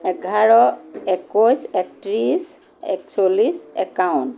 এঘাৰ একৈছ একত্ৰিছ একচল্লিছ একাৱন